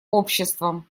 обществам